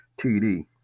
TD